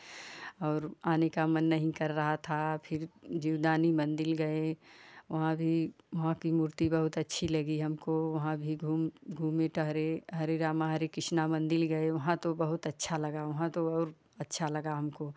और आने का मन नहीं कर रहा था फिर जीवदानी मंदिर गए वहाँ भी वहाँ की मूर्ति बहुत अच्छी लगी हमको वहाँ भी घूम घूमे टहरे हरे रामा हरे किष्णा मंदिर गए वहाँ तो बहुत अच्छा लगा वहाँ तो और अच्छा लगा हमको